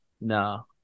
No